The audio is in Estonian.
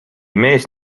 mees